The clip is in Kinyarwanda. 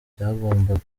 byagombaga